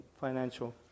financial